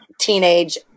teenage